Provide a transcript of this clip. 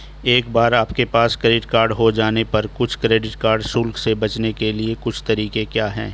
एक बार आपके पास क्रेडिट कार्ड हो जाने पर कुछ क्रेडिट कार्ड शुल्क से बचने के कुछ तरीके क्या हैं?